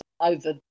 over